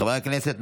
חברי הכנסת,